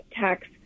tax